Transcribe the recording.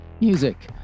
music